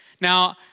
Now